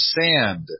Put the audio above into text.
sand